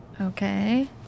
Okay